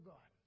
God